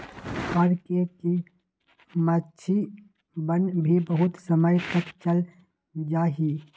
R K की मक्षिणवन भी बहुत समय तक चल जाहई